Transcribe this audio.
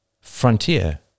frontier